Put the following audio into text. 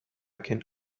can